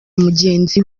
mugenzi